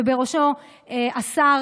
ובראשו השר